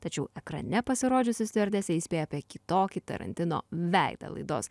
tačiau ekrane pasirodžiusi stiuardesė įspėja apie kitokį tarantino veidą laidos